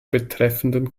betreffenden